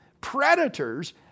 predators